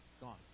Gone